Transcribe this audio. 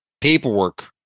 paperwork